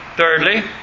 Thirdly